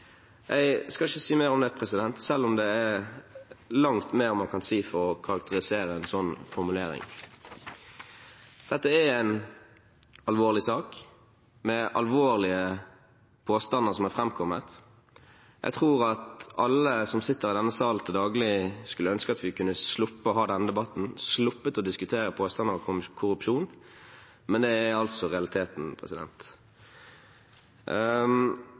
Jeg skal ikke si mer om det, selv om det er langt mer man kan si for å karakterisere en sånn formulering. Dette er en alvorlig sak, med alvorlige påstander som er framkommet. Jeg tror at alle som sitter i denne salen til daglig, skulle ønske at vi kunne ha sluppet å ha denne debatten, sluppet å diskutere påstander om korrupsjon, men det er altså realiteten.